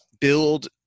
build